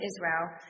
Israel